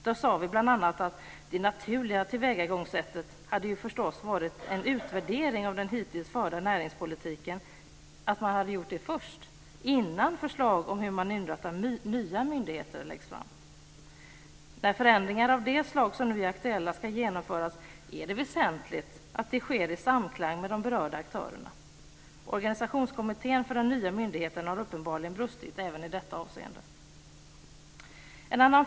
Där sade vi bl.a. att det naturliga tillvägagångssättet förstås hade varit att man först hade gjort en utvärdering av den hittills förda näringspolitiken, innan förslag om hur man inrättar nya myndigheter läggs fram. När förändringar av det slag som nu är aktuella ska genomföras är det väsentligt att de sker i samklang med de berörda aktörerna. Organisationskommittén för den nya myndigheten har uppenbarligen brustit även i detta avseende. Fru talman!